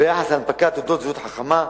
ביחס להנפקת תעודת זהות חכמה,